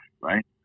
right